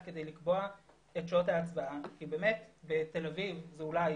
כדי לקבוע את שעות ההצבעה כי באמת בתל אביב אולי